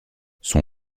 son